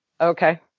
Okay